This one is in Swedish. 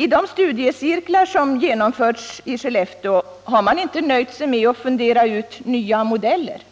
I de studiecirklar som genomförts i Skellefteå har man inte nöjt sig med att fundera ut nya modeller,